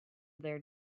their